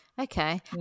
okay